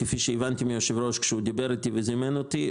כפי שגם הבנתי מהיושב-ראש כשהוא דיבר איתי וזימן אותי?